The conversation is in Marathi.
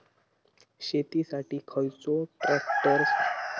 शेती साठी खयचो ट्रॅक्टर चांगलो अस्तलो ज्याने माजो फायदो जातलो?